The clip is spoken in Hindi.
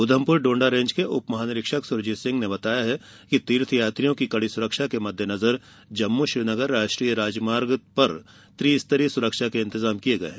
उधमपुर डोडा रेंज के उप महानिरीक्षक सुरजीत के सिंह ने बताया कि तीर्थयात्रियों की कड़ी सुरक्षा के मद्देनजर जम्मू श्रीनगर राष्ट्रीय राजमार्ग पर त्री स्तरीय सुरक्षा के इंतजाम किये गये हैं